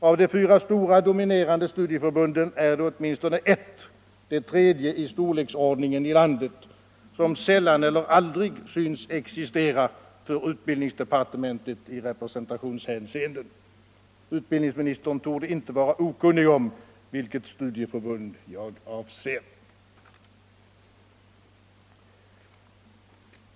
Av de fyra största studieförbunden är det åtminstone ett, det tredje i storleksordning i landet, som sällan eller aldrig syns existera för utbildningsdepartementet i representationshänseende. Utbildningsministern torde inte vara okunnig om vilket studieförbund jag avser.